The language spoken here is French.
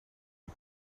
est